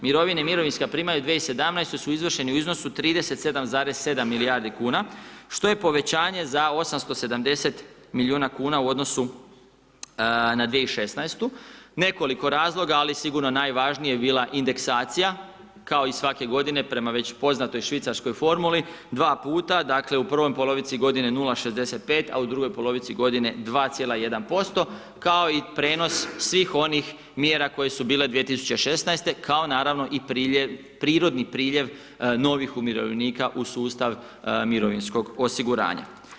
Mirovine i mirovinska primanja u 2017. su izvršeni u iznosu 37,7 milijardi kuna što je povećanje za 87 miliona kuna u odnosu na 2016., nekoliko razloga, ali sigurno najvažniji je bila indeksacija, kao i svake godine prema već poznatoj švicarskoj formuli 2 puta, dakle u prvoj polovici godine 0,65 a u drugoj polovici godine 2,1% kao i prijenos svih onih mjera koje su bila 2016. kao naravno i priljev, prirodni priljev novih umirovljenika u sustav mirovinskog osiguranja.